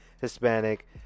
hispanic